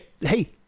Hey